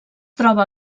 troba